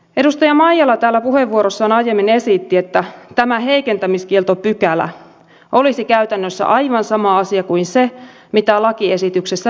edustaja maijala täällä puheenvuorossaan aiemmin esitti että tämä heikentämiskieltopykälä olisi käytännössä aivan sama asia kuin se mitä lakiesityksessä nyt lukee